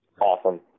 Awesome